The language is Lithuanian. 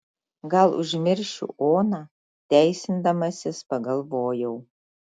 gal užmiršiu oną teisindamasis pagalvojau